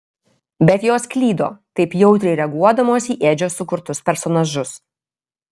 bet jos klydo taip jautriai reaguodamos į edžio sukurtus personažus